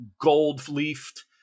gold-leafed